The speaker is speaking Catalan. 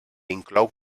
inclou